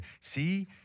see